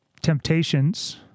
temptations